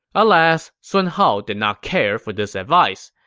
alas, sun hao did not care for this advice,